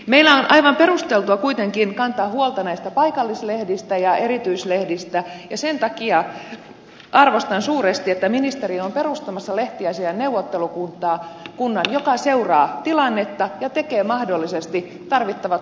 meillä on aivan perusteltua kuitenkin kantaa huolta näistä paikallislehdistä ja erityislehdistä ja sen takia arvostan suuresti että ministeri on perustamassa lehtiasiain neuvottelukunnan joka seuraa tilannetta ja tekee mahdollisesti tarvittavat muutokset